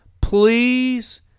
please